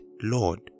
Lord